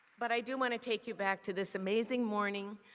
but i do want to take you back to this amazing morning,